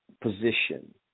position